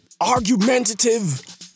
argumentative